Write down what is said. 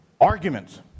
arguments